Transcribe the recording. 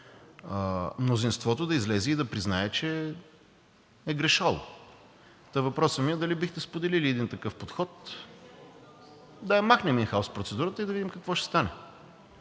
Мнозинството да излезе и да признае, че е грешало. Въпросът ми е дали бихте споделили един такъв подход – да махнем ин хаус процедурата и да видим какво ще стане,